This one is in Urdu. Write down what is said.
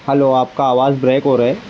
ہلو آپ کا آواز بریک ہو رہا ہے